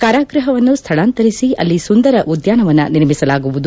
ಕಾರಾಗ್ಲಹವನ್ನು ಸ್ನಳಾಂತರಿಸಿ ಅಲ್ಲಿ ಸುಂದರ ಉದ್ಘಾನವನ ನಿರ್ಮಿಸಲಾಗುವುದು